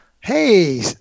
hey